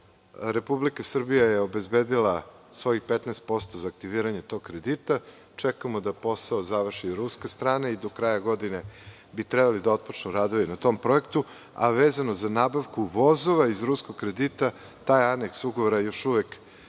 Republika Srbija je obezbedila svojih 15% za aktiviranje tog kredita. Čekamo da posao završi ruska strana i do kraja godine bi trebali da otpočnu radovi na tom projektu. Vezano za nabavku vozova iz ruskog kredita, taj aneks ugovora još uvek